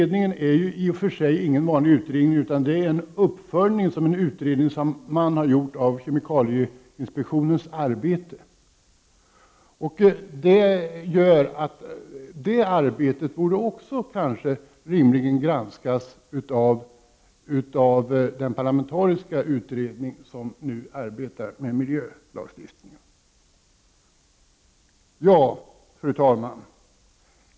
Det är ingen vanlig utredning, utan det är en uppföljning av en utredning som man har gjort av kemikalieinspektionens arbete. Det arbetet borde rimligen granskas av den parlamentariska utredning som nu ser över miljölagstiftningen. Fru talman!